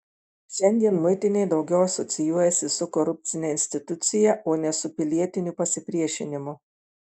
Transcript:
šiandien muitinė daugiau asocijuojasi su korupcine institucija o ne su pilietiniu pasipriešinimu